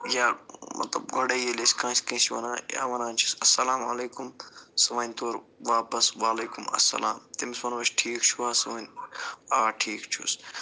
یا مطلب گۄڈَے ییٚلہِ أسۍ کٲنٛسہِ کٲنٛسہِ وَنان یا وَنان چھِس اَسَلامُ علیکُم سُہ وَنہِ تورٕ واپس وَعلیکُم اسلام تٔمِس وَنو أسۍ ٹھیٖک چھُوا سُہ وَنہِ آ ٹھیک چھُس